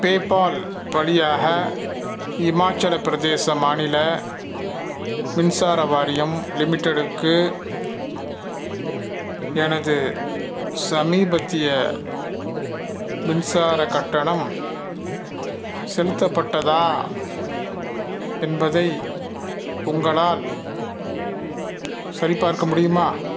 PayPal வழியாக இமாச்சலப் பிரதேச மாநில மின்சார வாரியம் லிமிட்டெடுக்கு எனது சமீபத்திய மின்சாரக் கட்டணம் செலுத்தப்பட்டதா என்பதை உங்களால் சரிபார்க்க முடியுமா